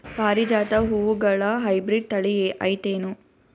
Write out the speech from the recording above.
ಪಾರಿಜಾತ ಹೂವುಗಳ ಹೈಬ್ರಿಡ್ ಥಳಿ ಐತೇನು?